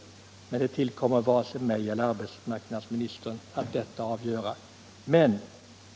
Det tillkommer emellertid inte vare sig mig eller arbetsmarknadsministern att avgöra detta.